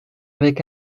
avec